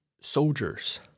Soldiers